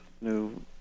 new